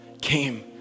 came